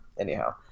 anyhow